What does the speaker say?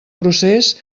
procés